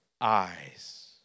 eyes